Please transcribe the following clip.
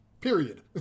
period